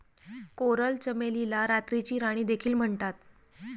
coral चमेलीला रात्रीची राणी देखील म्हणतात